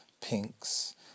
pinks